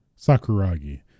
Sakuragi